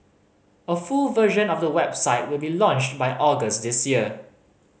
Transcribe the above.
a full version of the website will be launched by August this year